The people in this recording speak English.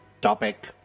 Topic